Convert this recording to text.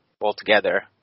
altogether